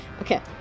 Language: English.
Okay